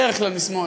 בדרך כלל משמאל,